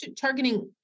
targeting